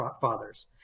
fathers